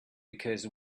because